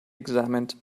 examined